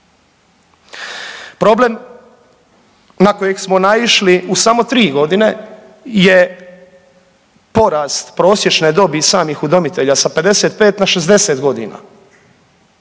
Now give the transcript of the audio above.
Problem na kojeg smo naišli u samo tri godine je porast prosječne dobi samih udomitelja sa 55 na 60 godina